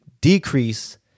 decrease